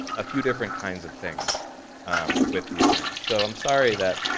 a few different kinds of things with these maps. so i'm sorry that,